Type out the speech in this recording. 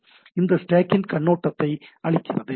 இது ஸ்டேக்கின் கண்ணோட்டத்தை அளிக்கிறது